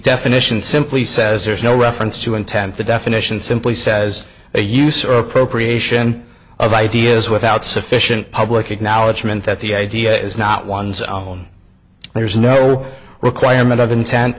definition simply says there's no reference to intent the definition simply says they use or appropriation of ideas without sufficient public acknowledgement that the idea is not one's own there's no requirement of intent